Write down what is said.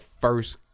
first